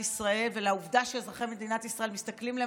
ישראל ולעובדה שאזרחי מדינת ישראל מסתכלים למעלה,